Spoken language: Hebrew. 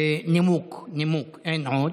נימוק אין עוד,